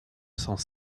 sens